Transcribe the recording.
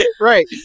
Right